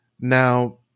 Now